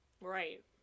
Right